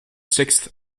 sixth